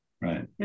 Right